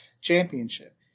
championship